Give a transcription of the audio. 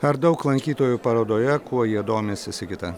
ar daug lankytojų parodoje kuo jie domisi sigita